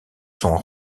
son